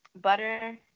Butter